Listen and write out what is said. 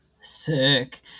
sick